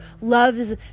loves